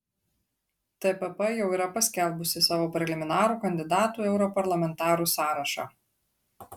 tpp jau yra paskelbusi savo preliminarų kandidatų į europarlamentarus sąrašą